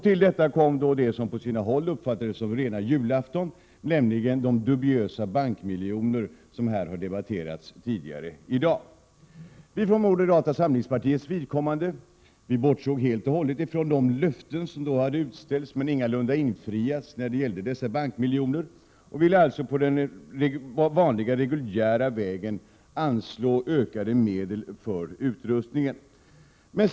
Till detta kom det som på sina håll uppfattades som rena julafton, nämligen de dubiösa bankmiljoner som har debatterats här tidigare i dag. För moderata samlingspartiets vidkommande bortsåg vi helt och hållet från de löften som då hade utställts men ingalunda infriats när det gällde dessa bankmiljoner och ville alltså på den vanliga reguljära vägen anslå ökade medel för utrustningen.